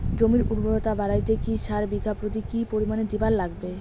জমির উর্বরতা বাড়াইতে কি সার বিঘা প্রতি কি পরিমাণে দিবার লাগবে?